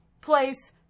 place